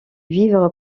vivre